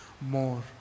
More